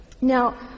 Now